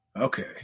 Okay